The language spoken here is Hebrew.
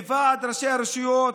מוועד ראשי הרשויות,